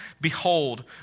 Behold